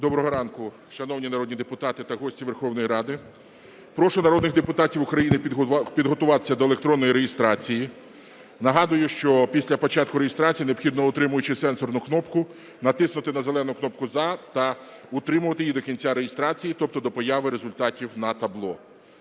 Доброго ранку, шановні народні депутати та гості Верховної Ради! Прошу народних депутатів України підготуватися до електронної реєстрації. Нагадую, що після початку реєстрації необхідно, утримуючи сенсорну кнопку, натиснути на зелену кнопку "За" та утримувати її до кінця реєстрації, тобто до появи результатів на табло.